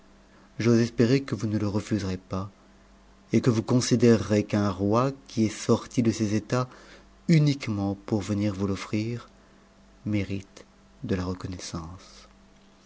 j'ose espérer que vous ne le refuserez pas et que vous considérerez qu'un roi qui est sorti de ses états uniquement pour venir vous l'offrir mérite de la recon